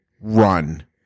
run